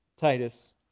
Titus